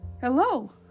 Hello